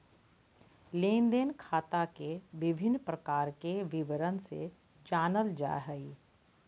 लेन देन खाता के विभिन्न प्रकार के विवरण से जानल जाय हइ